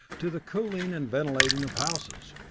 to the cooling and ventilating of houses.